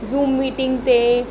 zoom meeting ते